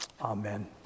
Amen